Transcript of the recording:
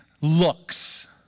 looks